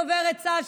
דוברת צה"ל,